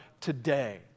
today